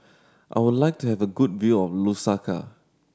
I would like to have good view of Lusaka